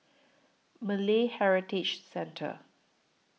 Malay Heritage Centre